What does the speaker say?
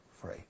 free